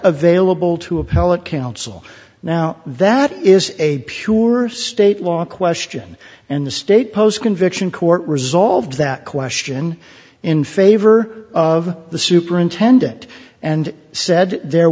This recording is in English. available to appellate counsel now that is a sure state law question and the state post conviction court resolved that question in favor of the superintendent and said there